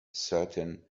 certain